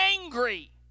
angry